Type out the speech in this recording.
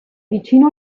vicino